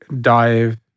dive